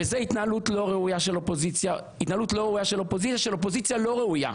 וזו התנהגות לא ראויה של אופוזיציה לא ראויה,